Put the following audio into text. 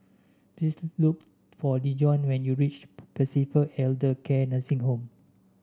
please look for Dejon when you reach Pacific Elder Care Nursing Home